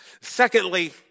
Secondly